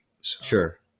Sure